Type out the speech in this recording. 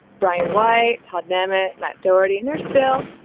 brian white, todd namet, matt dougherty, and there's bill.